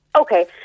Okay